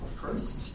first